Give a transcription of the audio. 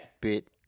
bit